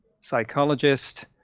psychologist